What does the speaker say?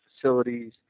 facilities